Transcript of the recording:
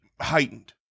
heightened